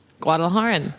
Guadalajara